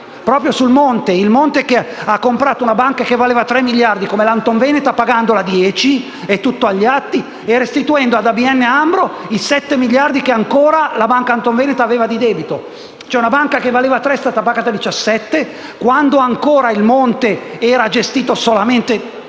proprio sul Monte che ha comprato una banca che valeva 3 miliardi come l'Antonveneta, pagandola 10 - è tutto agli atti - e restituendo ad ABN AMRO i 7 miliardi che ancora la banca Antonveneta aveva di debito. Cioè una banca che valeva 3 è stata pagata 17, quando ancora il Monte dei Paschi di Siena